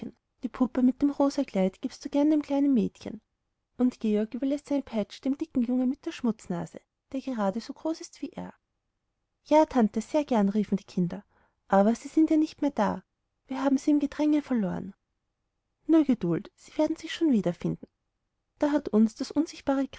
die puppe mit dem rosa kleid gibst du gern dem kleinen mädchen und georg überläßt seine peitsche dem dicken jungen mit der schmutznase der gerade so groß ist wie er ja tante sehr gern riefen die kinder aber sie sind ja nicht mehr da wir haben sie im gedränge verloren nur geduld sie werden sich schon wiederfinden da hat uns das unsichtbare